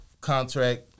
contract